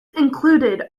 included